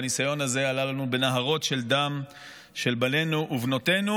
והניסיון הזה עלה לנו בנהרות של דם של בנינו ובנותינו